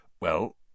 Well—